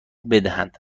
بدهند